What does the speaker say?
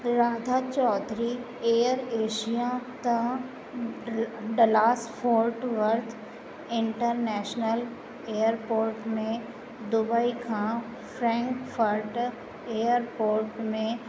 Radha Chaudhary Air Asia तां Dallas Fort Worth International Airport में Dubai खां फ्रैंकफर्ड एयरपोर्ट में